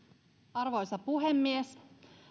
arvoisa puhemies